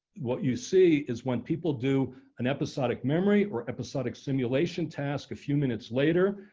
what you see is when people do an episodic memory or episodic simulation task. a few minutes later,